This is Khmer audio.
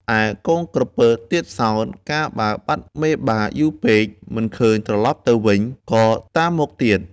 ឯកូនក្រពើទៀតសោត កាលបើបាត់មេបាយូរពេក មិនឃើញត្រឡប់ទៅវិញ ក៏តាមមកទៀត